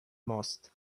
most